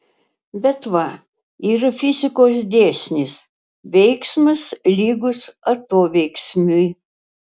bet va yra fizikos dėsnis veiksmas lygus atoveiksmiui